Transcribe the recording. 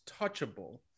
touchable